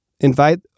invite